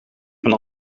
van